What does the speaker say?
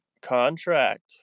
contract